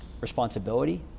responsibility